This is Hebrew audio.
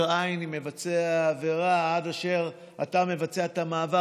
עין עם מבצע העבירה עד אשר אתה מבצע את המעבר,